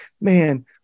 man